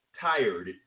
Tired